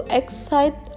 excite